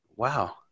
wow